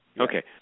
Okay